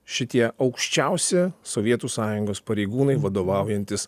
šitie aukščiausi sovietų sąjungos pareigūnai vadovaujantys